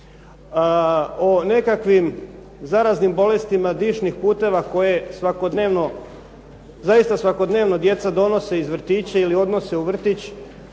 O nekakvim zaraznim bolestima dišnih puteva koje svakodnevno, zaista svakodnevno djeca donose iz vrtića ili odnose u vrtić,